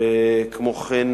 כמו כן,